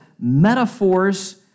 metaphors